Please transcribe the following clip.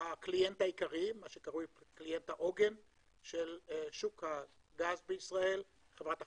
קליינט העוגן של שוק הגז בישראל, חברת החשמל,